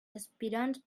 aspirants